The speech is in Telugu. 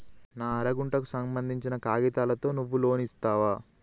నా అర గంటకు సంబందించిన కాగితాలతో నువ్వు లోన్ ఇస్తవా?